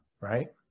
right